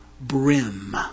brim